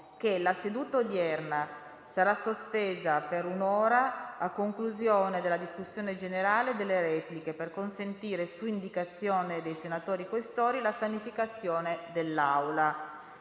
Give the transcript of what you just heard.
la seduta odierna sarà sospesa per un'ora a conclusione della discussione generale e delle repliche, per consentire, su indicazione dei senatori Questori, la sanificazione dell'Aula,